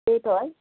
त्यही त है